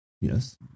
Yes